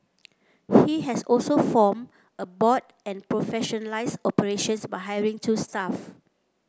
he has also formed a board and professionalised operations by hiring two staff